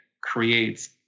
creates